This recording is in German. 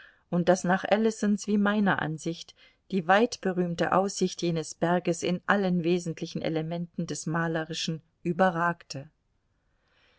und das nach ellisons wie meiner ansicht die weitberühmte aussicht jenes berges in allen wesentlichen elementen des malerischen überragte